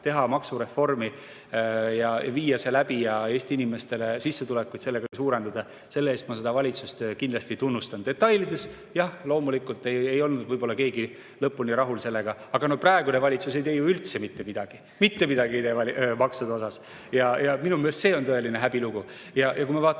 teha maksureform, viia see läbi, et Eesti inimeste sissetulekuid sellega suurendada –, selle eest ma seda valitsust kindlasti tunnustan. Detailides, jah, loomulikult ei olnud võib-olla keegi sellega lõpuni rahul. Aga praegune valitsus ei tee ju üldse mitte midagi, mitte midagi ei tee maksude osas. Minu meelest see on tõeline häbilugu. Kui me vaatame